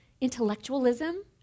intellectualism